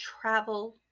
travel